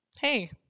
hey